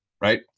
right